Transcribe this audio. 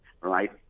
right